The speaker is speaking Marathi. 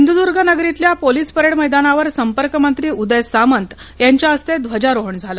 सिंधदर्गनगरीतल्या पोलीस परेड मैदानावर संपर्क मंत्री उदय सामंत यांच्या हस्ते ध्वजारोहण झालं